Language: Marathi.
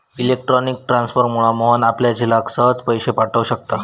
इलेक्ट्रॉनिक ट्रांसफरमुळा मोहन आपल्या झिलाक सहज पैशे पाठव शकता